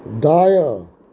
दायाँ